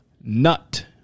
nut